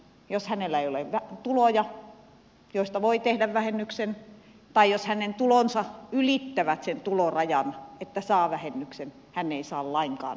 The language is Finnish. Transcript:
jos hänellä ei ole tuloja joista voi tehdä vähennyksen tai jos hänen tulonsa ylittävät sen tulorajan että saa vähennyksen hän ei saa lainkaan vähennystä